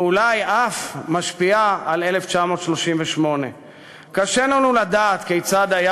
ואולי אף משפיעה על 1938. קשה לנו לדעת כיצד היה